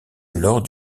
lors